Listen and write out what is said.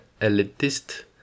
elitist